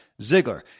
Ziggler